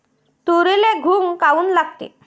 तुरीले घुंग काऊन लागते?